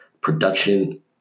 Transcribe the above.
production